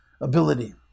ability